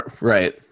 Right